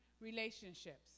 relationships